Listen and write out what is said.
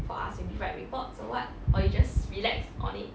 for us maybe write reports or what or you just relax on it